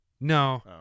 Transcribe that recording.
no